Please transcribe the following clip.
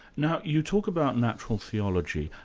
now, you talk about natural theology,